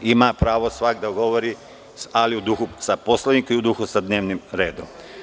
Ima pravo svako da govori, ali u duhu sa Poslovniku i u duhu sa dnevnim redom.